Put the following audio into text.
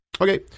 Okay